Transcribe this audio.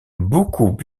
beaucoup